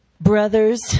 Brothers